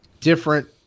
different